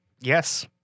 yes